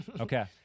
Okay